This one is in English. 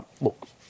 Look